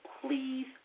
please